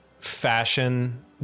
fashion